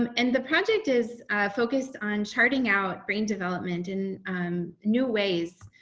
um and the project is focused on charting out brain development in new ways.